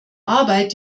arbeit